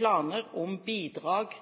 planer om bidrag